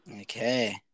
Okay